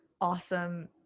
awesome